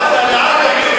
החברתית והפנים-ישראלית?